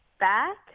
back